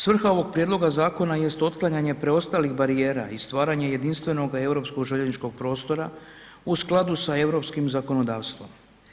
Svrha ovog prijedloga zakona jest otklanjanje preostalih barijera i stvaranje jedinstvenoga europskog željezničkog prostora u skladu sa europskim zakonodavstvom.